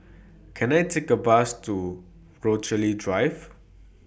Can I Take A Bus to Rochalie Drive